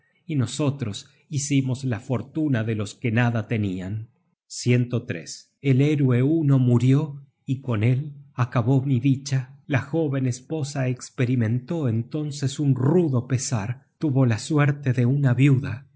y nosotros hicimos la fortuna de los que nada tenian content from google book search generated at el héroe huno murió y con él acabó mi dicha la joven esposa esperimentó entonces un rudo pesar tuvo la suerte de una viuda